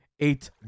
eight